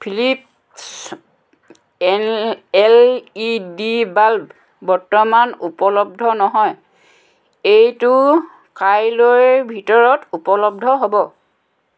Philips L L E D bulb বৰ্তমান উপলব্ধ নহয় এইটো কাইলৈৰ ভিতৰত উপলব্ধ হ'ব